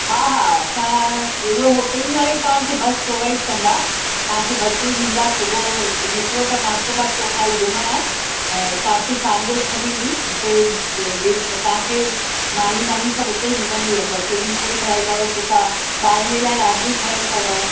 हा हा असां उह होटलनि वारा ई तव्हांखे बस प्रोवाईड कंदा तव्हांखे बसियूं ॾींदा सुबुह निकिरो त नास्तो वास्तो घुमण ऐं तव्हां खे शाम जो छॾींदी उते जि तव्हांखे मानी वानी सभु उते ई मिलंदी अंदरु स्विमिंग पूल ठहियल अथव सुठा ॿारनि जे लाइ रांदियूं ठहियल अथव